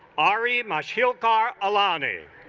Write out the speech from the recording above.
ah re micheel car aulani